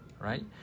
right